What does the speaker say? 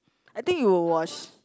I think you will wash